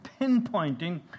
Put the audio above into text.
pinpointing